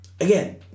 Again